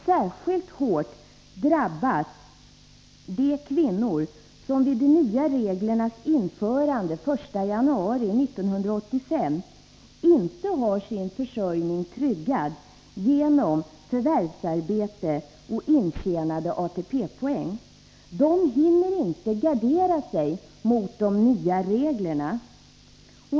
Särskilt hårt drabbas de kvinnor som vid de nya reglernas införande den 1 januari 1985 inte har sin försörjning tryggad genom förvärvsarbete och intjänade ATP-poäng. De hinner inte gardera sig mot de nya reglerna.